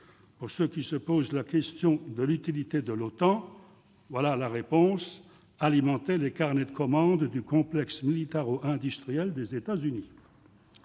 Pour ceux qui se posent la question de l'utilité de l'OTAN, voilà la réponse : alimenter les carnets de commandes du complexe militaro-industriel des États-Unis